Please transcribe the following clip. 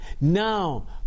Now